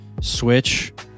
switch